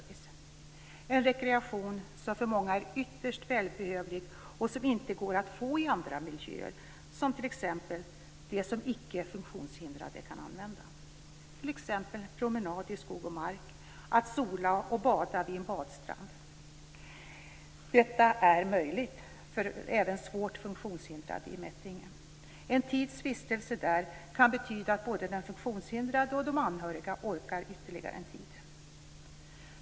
Det är en rekreation som för många är ytterst välbehövlig och som inte går att få i andra miljöer, som t.ex. de som icke funktionshindrade kan använda. Jag tänker t.ex. på promenader i skog och mark, att sola och bada vid en badstrand. Detta är möjligt även för svårt funktionshindrade i Mättringe. En tids vistelse där kan betyda att både den funktionshindrade och de anhöriga orkar ytterligare en tid.